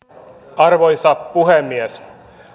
arvoisa puhemies